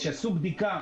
שיעשו בדיקה,